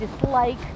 dislike